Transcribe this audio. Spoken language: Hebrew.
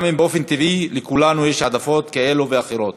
גם אם באופן טבעי לכולנו יש העדפות כאלו ואחרות